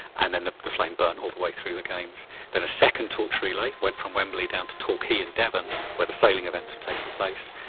and then the the flame burnt all the way through the games. then a second torch relay went from wembley down to torquay and devon, where the sailing events were taking place,